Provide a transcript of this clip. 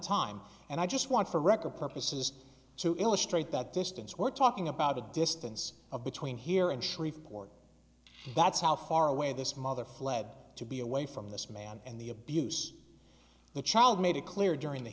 time and i just want for record purposes to illustrate that distance we're talking about a distance of between here and shreveport that's how far away this mother fled to be away from this man and the abuse the child made it clear during the